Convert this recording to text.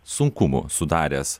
sunkumų sudaręs